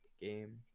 game